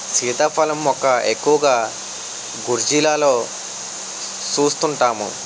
సీతాఫలం మొక్క ఎక్కువగా గోర్జీలలో సూస్తుంటాము